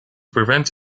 prevent